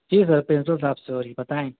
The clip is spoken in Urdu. جی سر پرنسپل صاحب سے ہو رہی بتاٮٔیں